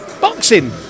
boxing